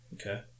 Okay